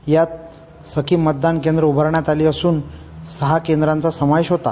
यात सखी मतदान केंद्र उभारण्यात आले असून सहा केंद्रांच्या यात समावेश होता